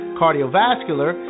cardiovascular